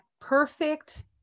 perfect